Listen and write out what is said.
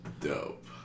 dope